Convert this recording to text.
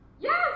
Yes